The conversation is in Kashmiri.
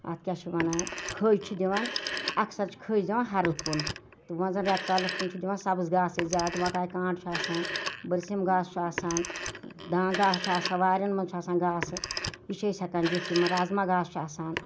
اَتھ کیاہ چھِ وَنان کھٔٮج چھِ دِوان اَکثَر چھِ کھٮٔج دِوان ہَرُد کُن تہٕ وۄنۍ زَن ریٚتکالَس کُن چھِ دِوان سَبٕز گاسے زیادٕ مَکاے کانٹھ چھُ آسان بٔسِم گاسہٕ چھُ آسان داں گاسہٕ چھُ آسان واریہن مَنٛز چھُ آسان گاسہٕ یہِ چھِ أسۍ ہیٚکان دِتھ یِمَن رازما گاسہٕ چھُ آسان